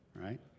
right